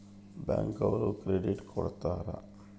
bank ಅವ್ರು credit card ಕೊಡ್ತಾರ